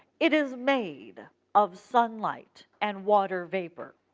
it is made of sunlight and water vapor.